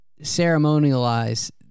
ceremonialize